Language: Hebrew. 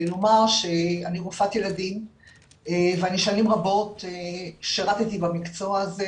לומר שאני רופאת ילדים ושנים רבות שירתי במקצוע הזה.